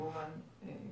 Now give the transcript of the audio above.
אם